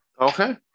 Okay